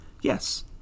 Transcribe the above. yes